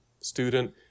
student